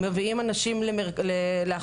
מביאים אנשים להכשרות,